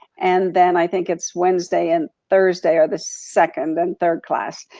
and then i think it's wednesday and thursday are the second and third class.